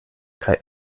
kaj